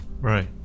right